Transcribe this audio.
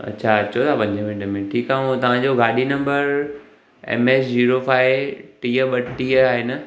अच्छा अचो था पंज मिंट में ठीकु आहे मां तव्हांजो गाॾी number M H zero five टीह ॿटीह आहे न